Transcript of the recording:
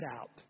out